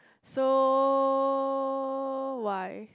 so why